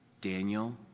Daniel